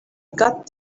got